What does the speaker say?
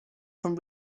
from